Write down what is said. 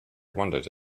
wondered